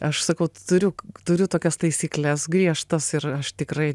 aš sakau turiu turiu tokias taisykles griežtas ir aš tikrai